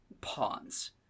pawns